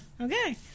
okay